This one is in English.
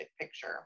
picture